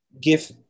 give